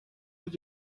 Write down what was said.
did